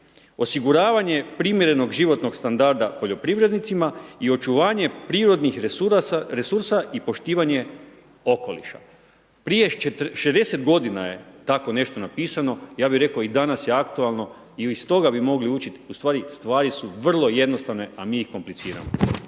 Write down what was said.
osiguravanje primjerenog životnog standarda poljoprivrednicima i očuvanje prirodnih resursa i poštovanje okoliša. Prije 60 g. je tako nešto napisano, ja bih rekao i danas je aktualno i iz toga bi mogli učiti, ustvari, stvari su vrlo jednostavne a mi ih kompliciramo.